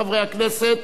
חברי הכנסת,